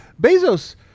Bezos